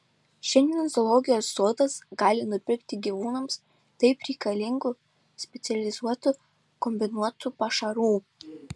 šiandien zoologijos sodas gali nupirkti gyvūnams taip reikalingų specializuotų kombinuotų pašarų